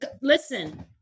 Listen